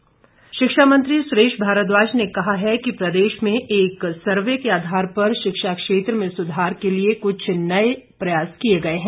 भारद्वाज शिक्षा मंत्री सुरेश भारद्वाज ने कहा है कि प्रदेश में एक सर्वे के आधार पर शिक्षा क्षेत्र में सुधार के लिए कुछ नए प्रयास किए गए हैं